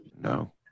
No